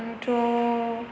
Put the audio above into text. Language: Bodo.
आंथ'